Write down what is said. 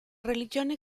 religione